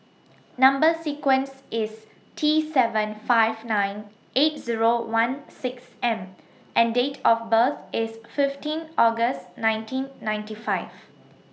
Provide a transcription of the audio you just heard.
Number sequence IS T seven five nine eight Zero one six M and Date of birth IS fifteen August nineteen ninety five